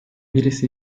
birisi